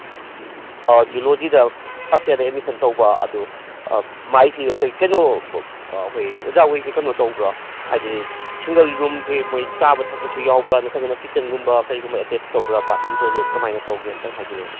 ꯖꯨꯂꯣꯖꯤꯗ first ꯏꯌꯥꯔꯗ admission ꯇꯧꯕ ꯑꯗꯨ ꯃꯥꯏꯁꯤ ꯑꯩꯈꯣꯏ ꯀꯩꯅꯣ ꯑꯩꯈꯣꯏ ꯑꯣꯖꯥꯍꯣꯏꯁꯤ ꯀꯩꯅꯣ ꯇꯧꯕ꯭ꯔꯥ ꯍꯥꯏꯗꯤ ꯁꯤꯡꯒꯜ ꯔꯨꯝꯁꯤ ꯃꯣꯏ ꯆꯥꯕ ꯊꯛꯄꯁꯨ ꯌꯥꯎꯕ꯭ꯔꯥ ꯅꯠꯇ꯭ꯔꯒꯅ ꯀꯤꯠꯆꯟꯒꯨꯝꯕ ꯀꯩꯒꯨꯝꯕ ꯑꯦꯇꯦꯁ ꯇꯧꯕ꯭ꯔ ꯕꯥꯠꯔꯨꯝ ꯇꯣꯏꯂꯦꯠ ꯀꯃꯥꯏꯅ ꯇꯧꯒꯦ ꯑꯝꯇ ꯍꯥꯏꯕꯤꯔꯛꯎꯅꯦ